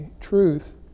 truth